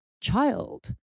child